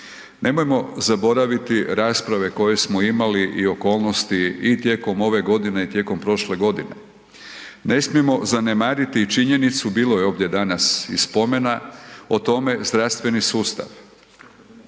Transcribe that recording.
nemojmo zaboraviti rasprave koje smo imali i okolnosti i tijekom ove godine i tijekom prošle godine. Ne smijemo zanemariti i činjenicu, bilo je ovdje danas i spomena o tome, zdravstveni sustav.